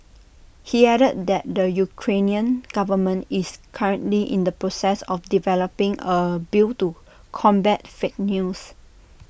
he added that the Ukrainian government is currently in the process of developing A bill to combat fake news